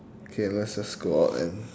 okay let's just go out and